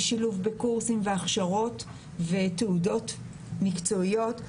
שילוב בקורסים והכשרות ותעודות מקצועיות.